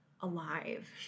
alive